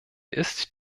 ist